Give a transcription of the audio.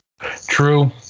True